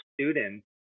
students